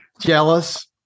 Jealous